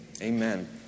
amen